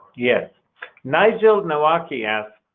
yeah nigel nawaki asks,